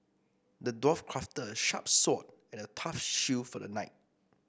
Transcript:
the dwarf crafted a sharp sword and a tough shield for the knight